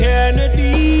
Kennedy